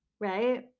Right